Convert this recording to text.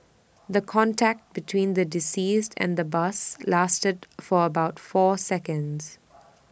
the contact between the deceased and the bus lasted for about four seconds